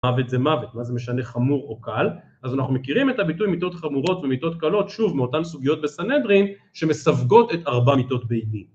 מוות זה מוות, מה זה משנה חמור או קל, אז אנחנו מכירים את הביטוי מיתות חמורות ומיתות קלות, שוב מאותן סוגיות בסנהדרין שמסווגות את ארבע מיתות בית דין